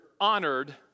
honored